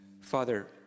Father